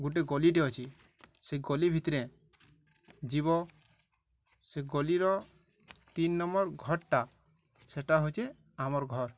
ଗୋଟେ ଗଳିଟେ ଅଛି ସେ ଗଲି ଭିତରେ ଯିବ ସେ ଗଲିର ତିନ ନମ୍ବର ଘର୍ଟା ସେଟା ହେଉଛେ ଆମର୍ ଘର